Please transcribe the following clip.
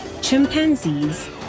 chimpanzees